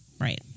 Right